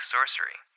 Sorcery